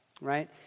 right